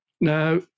Now